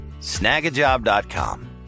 snagajob.com